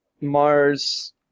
Mars